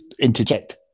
interject